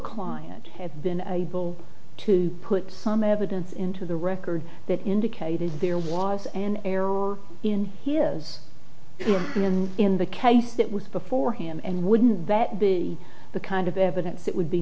client have been able to put some evidence into the record that indicated there was an error in he is in the case that was before him and wouldn't that be the kind of evidence that would be